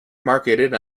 marketed